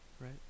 right